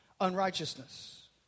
unrighteousness